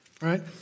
right